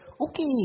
okay